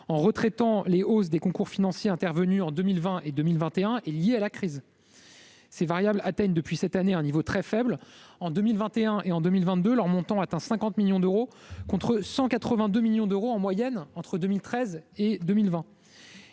en retraitant les hausses des concours financiers intervenues en 2020 et 2021 et liées à la crise. Ces variables atteignent depuis cette année un niveau très faible ; en 2021 et en 2022, leur montant atteint 50 millions d'euros contre 182 millions d'euros en moyenne entre 2013 et 2020.